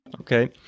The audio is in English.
Okay